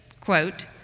quote